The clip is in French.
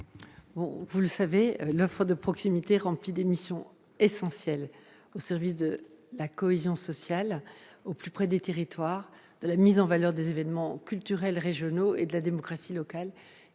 Vous le savez, l'offre de proximité remplit des missions essentielles pour la cohésion sociale au plus près des territoires, la mise en valeur des événements culturels régionaux et la démocratie locale.